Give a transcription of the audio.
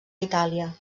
itàlia